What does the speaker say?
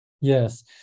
Yes